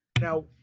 Now